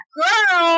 girl